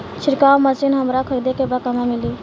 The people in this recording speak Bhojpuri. छिरकाव मशिन हमरा खरीदे के बा कहवा मिली?